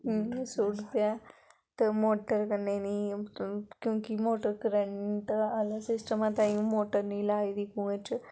एह् स्हूलत ऐ ते मोटर कन्नै निं क्योंकि मोटर कन्नै करंट आह्ला सिस्टम ऐ ताहीं मोटर निं लाई दी कुएं च